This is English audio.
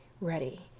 ready